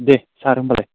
दे सार होनबालाय